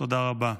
תודה רבה.